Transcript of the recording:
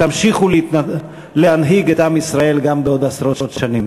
תמשיכו להנהיג את עם ישראל גם בעוד עשרות שנים.